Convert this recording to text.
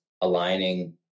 aligning